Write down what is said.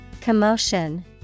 Commotion